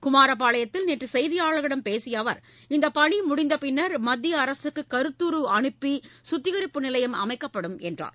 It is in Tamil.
குமாரபாளையத்தில் நேற்று செய்தியாளர்களிடம் பேசிய அவர் இந்தப் பணி முடிந்தபின்னர் மத்திய அரசுக்கு கருத்துரு அனுப்பி சுத்திகரிப்பு நிலையம் அமைக்கப்படும் என்றார்